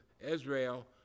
Israel